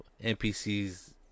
NPCs